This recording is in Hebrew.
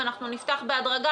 ואנחנו נפתח בהדרגה,